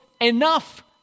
enough